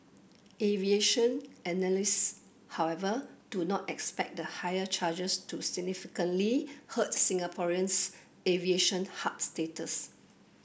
aviation analysts however do not expect the higher charges to significantly hurt Singapore's aviation hub status